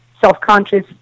self-conscious